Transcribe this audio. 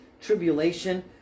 tribulation